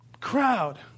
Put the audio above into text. Crowd